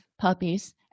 puppies